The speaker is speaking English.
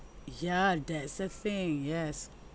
ya that's the thing yes